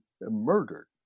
murdered